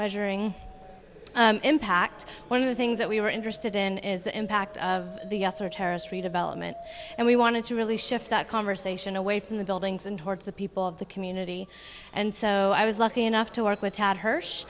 measuring impact one of the things that we were interested in is the impact of the u s or terrorist redevelopment and we wanted to really shift that conversation away from the buildings and towards the people of the community and so i was lucky enough to work with tad hears